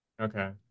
Okay